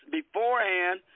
beforehand